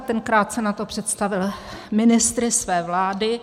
Ten krátce nato představil ministry své vlády.